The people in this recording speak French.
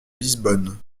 lisbonne